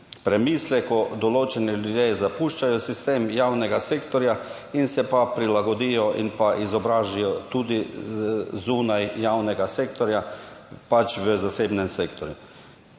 določeni ljudje zapuščajo sistem javnega sektorja in se pa prilagodijo in pa izobrazijo tudi zunaj javnega sektorja pač, v zasebnem sektorju.